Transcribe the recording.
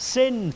sin